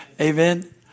Amen